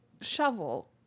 shovel